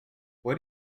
what